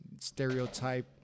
stereotype